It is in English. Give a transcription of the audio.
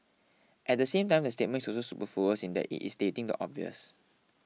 at the same time the statement is also superfluous in that it is stating the obvious